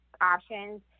options